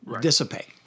dissipate